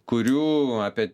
kurių apie